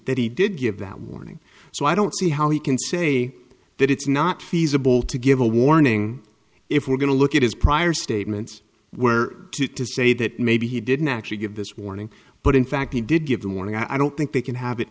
that he did give that warning so i don't see how he can say that it's not feasible to give a warning if we're going to look at his prior statements where to to say that maybe he didn't actually give this warning but in fact he did give them warning i don't think they can have it